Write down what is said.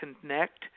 connect